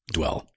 Dwell